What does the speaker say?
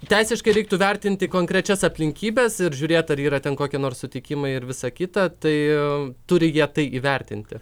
teisiškai reiktų vertinti konkrečias aplinkybes ir žiūrėt ar yra ten kokie nors sutikimai ir visa kita tai turi jie tai įvertinti